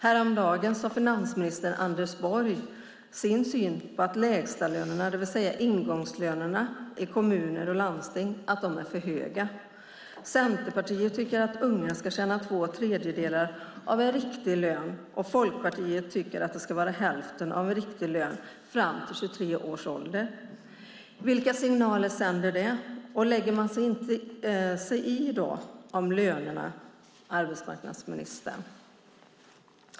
Häromdagen gav finansminister Anders Borg uttryck för synen att ingångslönerna i kommuner och landsting är för höga. Centerpartiet tycker att unga ska tjäna två tredjedelar av en riktig lön. Folkpartiet tycker att det ska vara hälften av en riktig lön fram till 23 års ålder. Vilka signaler sänder det? Lägger man sig inte i lönerna då, arbetsmarknadsministern?